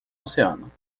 oceano